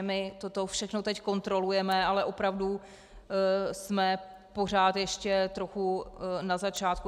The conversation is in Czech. My toto všechno teď kontrolujeme, ale opravdu jsme pořád ještě trochu na začátku.